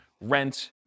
rent